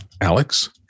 Alex